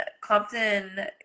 Compton